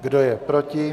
Kdo je proti?